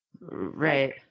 Right